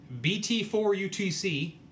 BT4UTC